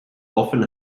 often